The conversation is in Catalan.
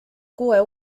coeu